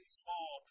small